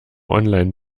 online